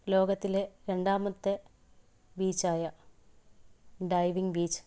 ലോകത്തിലെ രണ്ടാമത്തെ ബീച്ചായ ഡൈവിങ് ബീച്ച്